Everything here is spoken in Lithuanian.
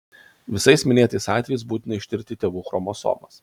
visais minėtais atvejais būtina ištirti tėvų chromosomas